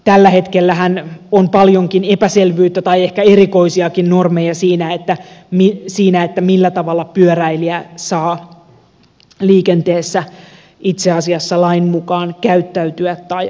tällä hetkellähän on paljonkin epäselvyyttä tai ehkä eri koisiakin normeja siinä millä tavalla pyöräilijä saa liikenteessä itse asiassa lain mukaan käyttäytyä tai ajaa